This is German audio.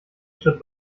schritt